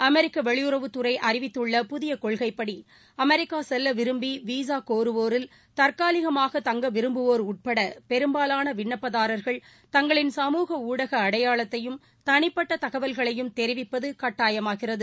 அமெிக்க வெளியுறவுத்துறை அறிவித்துள்ள புதிய கொள்கைப்படி அமெரிக்கா செல்ல விரும்பி விசா கோருவோரில் தற்காலிகமாக தங்க விரும்புவோர் உட்பட பெரும்பாலான விண்ணப்பதாரர்கள் தங்களின் சமூகஊடக அடையாளத்தையும் தனிப்பட்ட தகவல்களையும் தெரிவிப்பது கட்டாயமாகிறது